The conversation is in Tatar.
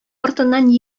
артыннан